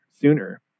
sooner